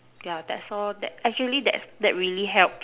ya that's all that actually that's that really help